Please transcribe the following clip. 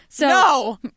No